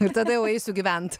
ir tada jau eisiu gyvent